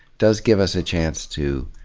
does give us a chance to